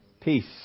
peace